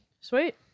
Sweet